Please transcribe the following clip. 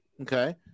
Okay